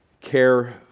care